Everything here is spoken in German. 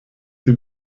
sie